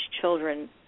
children